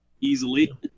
easily